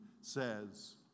says